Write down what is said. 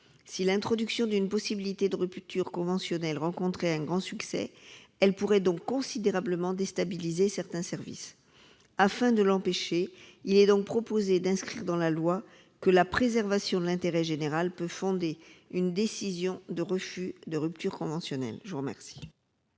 Si l'introduction d'une possibilité de rupture conventionnelle rencontrait un grand succès, elle pourrait donc considérablement déstabiliser certains services. Afin de prévenir ce risque, nous proposons d'inscrire dans la loi que la préservation de l'intérêt général peut fonder une décision de refus de rupture conventionnelle. Quel